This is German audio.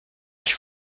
ich